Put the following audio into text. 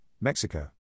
Mexico